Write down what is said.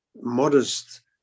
modest